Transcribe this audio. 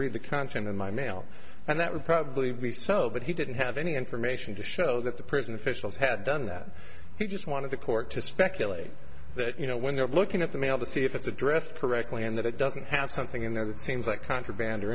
read the content of my mail and that would probably be so but he didn't have any information to show that the prison officials had done that he just wanted to court to speculate that you know when you're looking at the mail to see if it's addressed correctly and that it doesn't have something in there that seems like contraband or